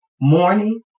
morning